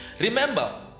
remember